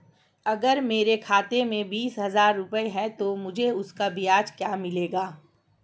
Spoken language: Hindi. अगर मेरे खाते में बीस हज़ार रुपये हैं तो मुझे उसका ब्याज क्या मिलेगा?